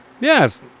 Yes